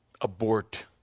Abort